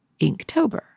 Inktober